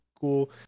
cool